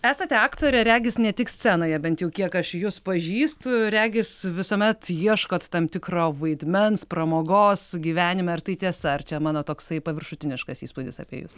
esate aktorė regis ne tik scenoje bent jau kiek aš jus pažįstu regis visuomet ieškot tam tikro vaidmens pramogos gyvenime ar tai tiesa ar čia mano toksai paviršutiniškas įspūdis apie jus